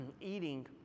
eating